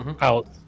out